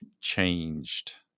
changed